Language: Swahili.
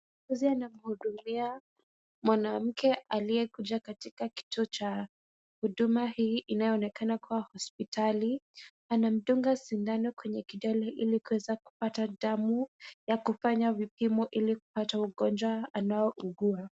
Muuguzi anamuhudumia mwanamke aliyekuja katika kituo cha huduma hii, inayoonekana kuwa hospitali. Anamdunga sindano kwenye kidole ili kuweza kupata damu ya kufanya vipimo, ili kupata ugonjwa anaougua.